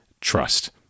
trust